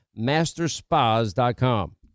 masterspas.com